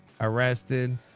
arrested